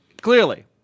clearly